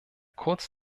kurz